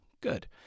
Good